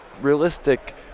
realistic